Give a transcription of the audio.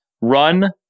Run